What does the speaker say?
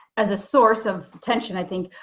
as a source of tension i think,